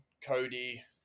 cody